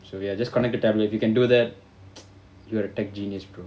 so ya just connect the tablet you can do that you are a tech genius bro